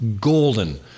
golden